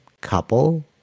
couple